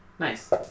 Nice